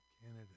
Canada